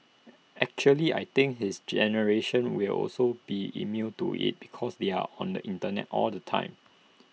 actually I think his generation will also be immune to IT because they're on the Internet all the time